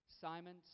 Simon